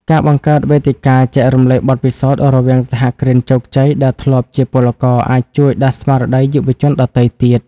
ការបង្កើតវេទិកា "ចែករំលែកបទពិសោធន៍" រវាងសហគ្រិនជោគជ័យដែលធ្លាប់ជាពលករ អាចជួយដាស់ស្មារតីយុវជនដទៃទៀត។